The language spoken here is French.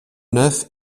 neuf